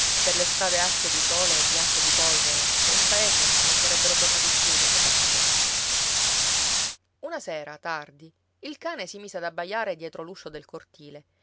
per le strade arse di sole e bianche di polvere che in paese non sarebbero tornati più dopo tanto tempo una sera tardi il cane si mise ad abbaiare dietro l'uscio del cortile